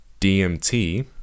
DMT